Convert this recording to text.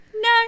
No